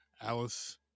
Alice